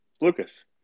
Lucas